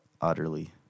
utterly